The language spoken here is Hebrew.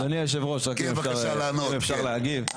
אדוני יושב הראש, רק אם אפשר להגיב.